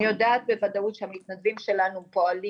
אני יודעת בוודאות שהמתנדבים שלנו פועלים